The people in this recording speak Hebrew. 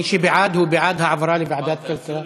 תודה אדוני.